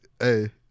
Hey